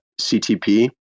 CTP